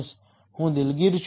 હું દિલગીર છું